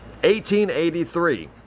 1883